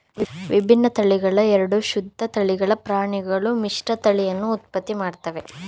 ವಿಭಿನ್ನ ತಳಿಗಳ ಎರಡು ಶುದ್ಧ ತಳಿಗಳ ಪ್ರಾಣಿಗಳು ಮಿಶ್ರತಳಿಯನ್ನು ಉತ್ಪತ್ತಿ ಮಾಡ್ತವೆ